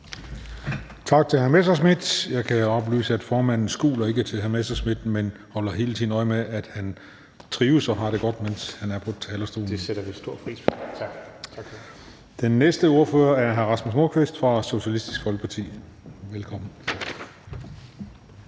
Tak til hr. Morten Messerschmidt. Jeg kan oplyse om, at formanden ikke skuler til hr. Morten Messerschmidt, men hele tiden holder øje med, om han trives og har det godt, mens han er på talerstolen. (Morten Messerschmidt (DF)): Det sætter vi stor pris på, tak). Den næste ordfører er hr. Rasmus Nordqvist fra Socialistisk Folkeparti. Velkommen.